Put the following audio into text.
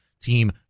team